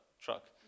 truck